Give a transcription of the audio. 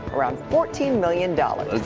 around fourteen million dollars.